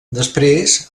després